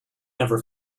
never